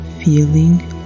feeling